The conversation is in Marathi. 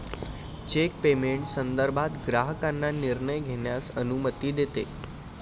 चेक पेमेंट संदर्भात ग्राहकांना निर्णय घेण्यास अनुमती देते